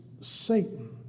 Satan